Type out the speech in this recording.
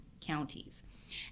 counties